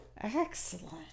Excellent